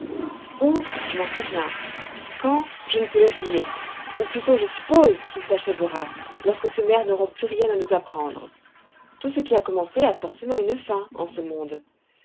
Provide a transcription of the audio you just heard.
où je n'en sais rien quand je ne peux le dire ou plutôt je suppose qu'il s'achèvera lorsque ces mers n'auront plus rien à nous apprendre tout ce qui a commencé a forcément une fin en ce monde